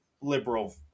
liberal